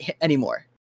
anymore